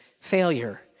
failure